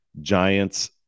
Giants